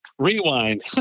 Rewind